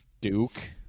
Duke